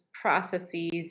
processes